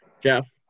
Jeff